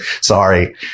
sorry